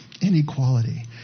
inequality